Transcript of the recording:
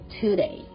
today